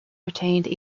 retained